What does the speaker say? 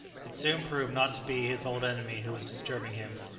it soon proved not to be his old enemy who was disturbing him.